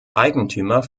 eigentümer